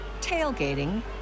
tailgating